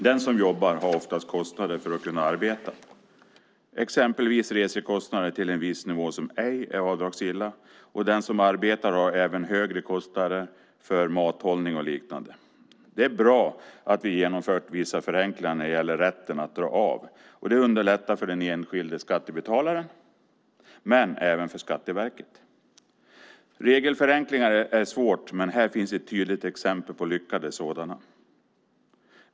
Den som jobbar har oftast kostnader för att kunna arbeta, exempelvis resekostnader till en viss nivå som ej är avdragsgilla. Den som arbetar har även högre kostnader för mathållning och liknande. Det är bra att vi har genomfört vissa förenklingar när det gäller rätten att dra av. Det underlättar för den enskilde skattebetalaren men även för Skatteverket. Det är svårt med regelförenklingar, men här finns ett tydligt exempel på lyckade sådana.